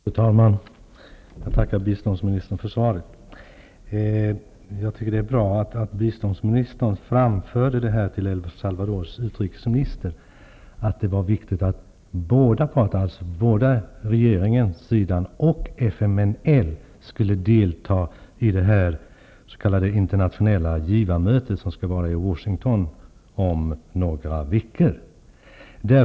Fru talman! Jag tackar biståndsministern för svaret. Jag tycker att det är bra att biståndsministern framförde till El Salvadors utrikesminister att det är viktigt att båda parter, dvs. regeringssidan och FMLN, skall delta i det s.k. internationella givarmötet i Washington om några veckor.